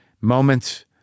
moments